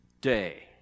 day